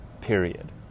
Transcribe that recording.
period